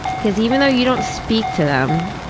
because even though you don't speak to them,